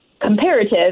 comparative